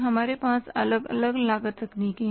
हमारे पास अलग अलग लागत तकनीकें हैं